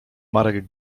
marek